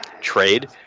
trade